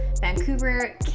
Vancouver